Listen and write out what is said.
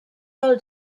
del